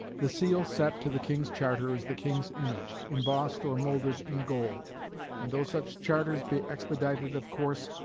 the seal set to the king's charter is the king's image, imbossed or moulded in gold and though such charters be expedited of course,